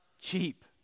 cheap